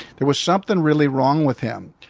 there was something really wrong with him.